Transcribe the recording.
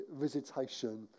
visitation